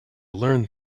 learned